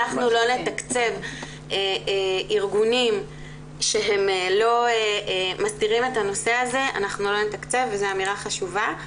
'אנחנו לא נתקצב ארגונים שהם לא מסדירים את הנושא הזה' זו אמירה חשובה.